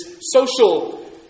social